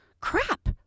Crap